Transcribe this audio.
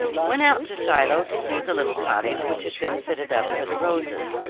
went out to shiloh to see the little cottage which had been fitted up for the rosas.